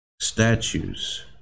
statues